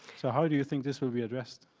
so how do you think this will be addressed?